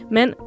Men